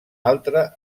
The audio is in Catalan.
altre